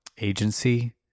agency